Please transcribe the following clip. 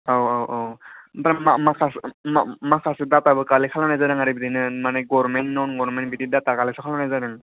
औऔऔ दा मा मा माखासे माखासे दाथाबो कालेक्ट खालामनाय जादों आरो बिदिनो माने गरमेन्ट नं गरमेन्ट बिदिनो दाथा कालेक्सन खालामनाय जादों